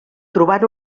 trobant